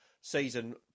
season